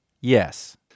Yes